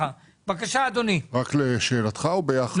חושב שאתם